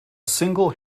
single